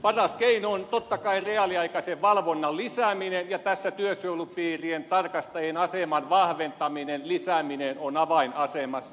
paras keino on totta kai reaaliaikaisen valvonnan lisääminen ja tässä työsuojelupiirien tarkastajien aseman vahventaminen lisääminen on avainasemassa